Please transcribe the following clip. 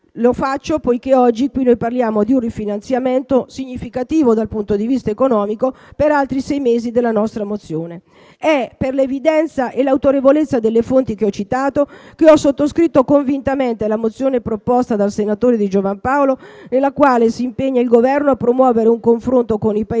Lo faccio poiché oggi parliamo di un rifinanziamento significativo dal punto di vista economico per altri sei mesi della nostra missione. È per l'evidenza e l'autorevolezza delle fonti che ho qui citato che ho sottoscritto convintamene l'ordine del giorno G102 presentato dal senatore Di Giovan Paolo con il quale si impegna il Governo a promuovere un confronto con i Paesi